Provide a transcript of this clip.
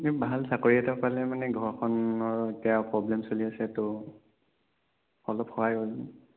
ভাল চাকৰি এটা পালে মানে ঘৰখনৰ এতিয়া প্ৰ'ব্লেম চলি আছে ত' অলপ সহায় হয়